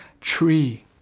tree